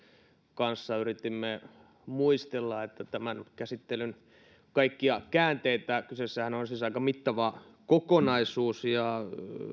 kanssa yritimme muistella tämän käsittelyn kaikkia käänteitä kyseessähän on siis aika mittava kokonaisuus ja